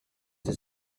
his